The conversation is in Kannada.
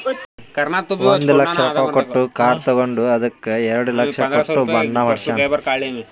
ಒಂದ್ ಲಕ್ಷ ರೊಕ್ಕಾ ಕೊಟ್ಟು ಕಾರ್ ತಗೊಂಡು ಅದ್ದುಕ ಎರಡ ಲಕ್ಷ ಕೊಟ್ಟು ಬಣ್ಣಾ ಹೊಡ್ಸ್ಯಾನ್